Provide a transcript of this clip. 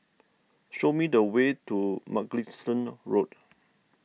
show me the way to Mugliston Road